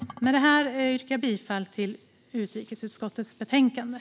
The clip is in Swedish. Herr talman! Med detta yrkar jag bifall till utrikesutskottets förslag i betänkandet.